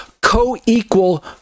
co-equal